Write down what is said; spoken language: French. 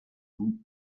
bout